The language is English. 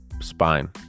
spine